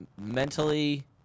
mentally